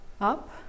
up